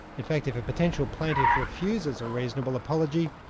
in fact if a potential plaintiff refuses a reasonable apology,